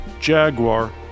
Jaguar